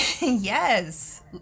Yes